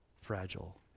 Fragile